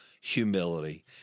humility